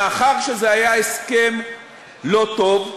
מאחר שזה היה הסכם לא טוב,